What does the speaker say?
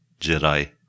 Jedi